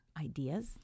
ideas